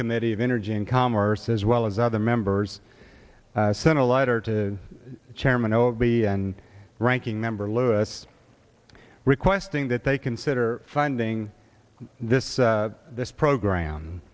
subcommittee of energy and commerce as well as other members sent a letter to chairman o b and ranking member lewis requesting that they consider finding this this program